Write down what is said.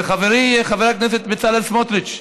וחברי חבר הכנסת סמוטריץ,